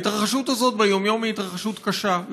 ההתרחשות הזאת ביום-יום היא התרחשות קשה,